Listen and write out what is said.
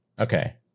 Okay